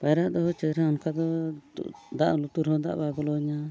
ᱯᱟᱭᱨᱟᱜ ᱫᱚ ᱪᱟᱹᱣ ᱨᱮᱦᱚᱸ ᱚᱱᱠᱟ ᱫᱚ ᱫᱟᱜ ᱞᱩᱛᱩᱨ ᱨᱮᱦᱚᱸ ᱫᱟᱜ ᱵᱟᱭ ᱵᱚᱞᱚᱣᱧᱟ